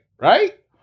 Right